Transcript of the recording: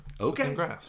Okay